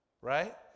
right